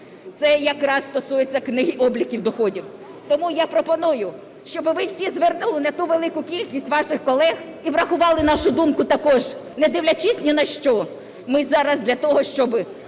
Це якраз стосується книги обліку доходів. Тому я пропоную, щоб ви всі звернули на ту велику кількість ваших колег і врахували нашу думку також, не дивлячись ні на що. Ми зараз для того, щоб